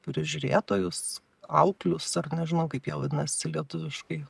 prižiūrėtojus auklius ar nežinau kaip jie vadinasi lietuviškai